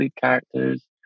characters